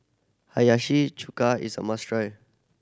Hiyashi Chuka is a must try